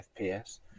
FPS